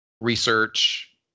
research